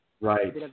Right